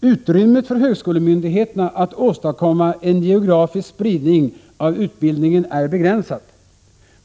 Utrymmet för högskolemyndigheterna att åstadkomma en geografisk spridning av utbildningen är begränsad.